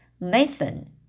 Nathan